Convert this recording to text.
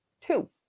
two